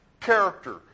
character